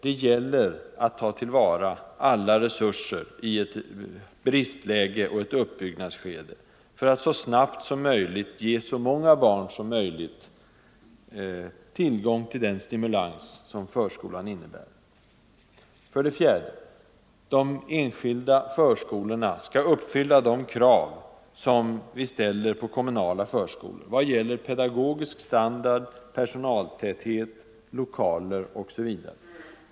Det gäller att ta till vara alla resurser i ett bristläge och ett uppbyggnadsskede, för att så snabbt som möjligt ge så många barn som möjligt tillgång till den stimulans som förskolan innebär. D. De enskilda förskolorna skall uppfylla de krav som vi ställer på kommunala förskolor vad gäller pedagogisk standard, personaltäthet, lokaler osv.